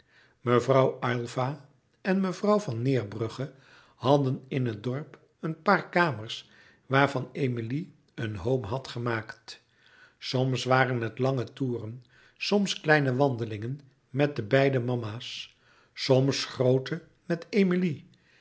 mevrouw aylva en mevrouw van neerbrugge hadden in het dorp een paar kamers waarvan emilie een home had gemaakt soms waren het lange toeren soms kleine wandelingen met de beide mama's soms groote met emilie